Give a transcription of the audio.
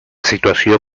situació